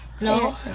No